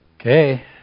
Okay